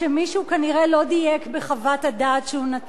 כנראה לא דייק בחוות הדעת שהוא נתן לו.